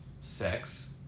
sex